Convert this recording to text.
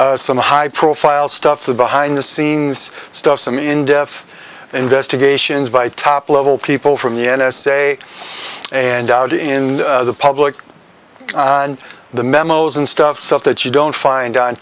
with some high profile stuff the behind the scenes stuff some in depth investigations by top level people from the n s a and out in the public and the memos and stuff stuff that you don't find on